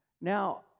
Now